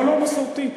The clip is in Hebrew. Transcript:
לא מסורתי.